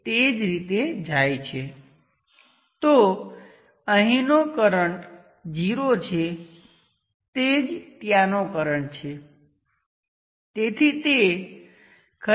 આ કંઈ પણ હોઈ શકે છે તે શું છે તેનાથી કોઈ ફરક પડતો નથી કારણ કે તે ગમે તે હોય